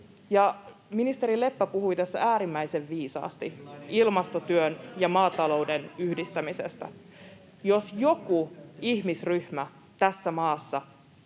Ministeri Leppä puhui tässä äärimmäisen viisaasti ilmastotyön ja maatalouden yhdistämisestä. [Sanna Antikainen: Vastatkaa